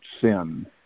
sin